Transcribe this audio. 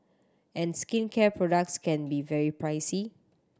and skincare products can be very pricey